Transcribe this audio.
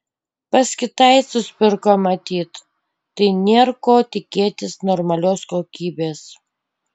pas kitaicus pirko matyt tai nėr ko tikėtis normalios kokybės